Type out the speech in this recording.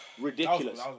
Ridiculous